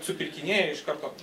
supirkinėja iš karto